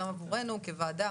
גם עבורנו כוועדה,